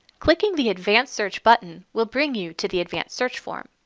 clicking the advanced search button will bring you to the advanced search form.